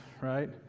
right